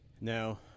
Now